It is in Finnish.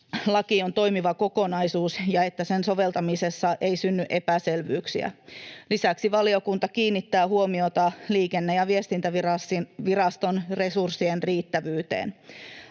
laki on toimiva kokonaisuus ja että sen soveltamisessa ei synny epäselvyyksiä. Lisäksi valiokunta kiinnittää huomiota Liikenne‑ ja viestintäviraston resurssien riittävyyteen.